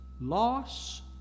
Loss